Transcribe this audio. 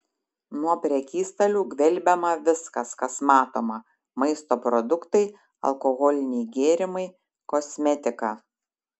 nuo prekystalių gvelbiama viskas kas matoma maisto produktai alkoholiniai gėrimai kosmetika